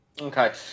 Okay